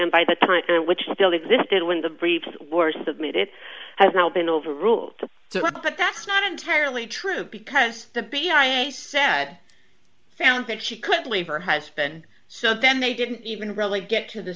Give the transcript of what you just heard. in by the time which still existed when the briefs were submitted has now been overruled but that's not entirely true because the b i said sounds like she couldn't leave her husband so then they didn't even really get to the